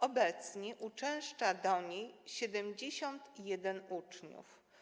Obecnie uczęszcza do niej 71 uczniów.